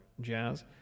jazz